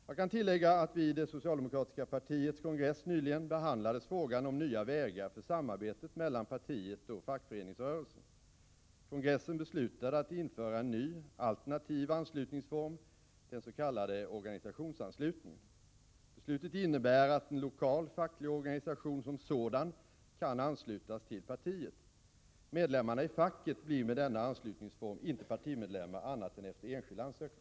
Jag kan tillägga att vid det socialdemokratiska partiets kongress nyligen behandlades frågan om nya vägar för samarbetet mellan partiet och fackföreningsrörelsen. Kongressen beslutade att införa en ny, alternativ anslutningsform, den s.k. organisationsanslutningen. Beslutet innebär att en lokal facklig organisation som sådan kan anslutas till partiet. Medlemmarna i facket blir med denna anslutningsform inte partimedlemmar annat än efter enskild ansökan.